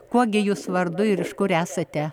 kuo gi jūs vardu ir iš kur esate